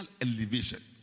elevation